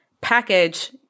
package